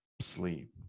sleep